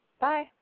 Bye